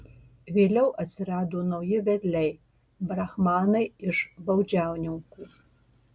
vėliau atsirado nauji vedliai brahmanai iš baudžiauninkų